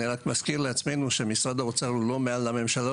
אני רק מזכיר לעצמנו שמשרד האוצר הוא לא מעל הממשלה.